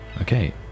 Okay